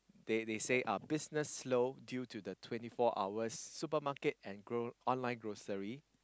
they they say uh business low due to the twenty four hours supermarket and gro~ online grocery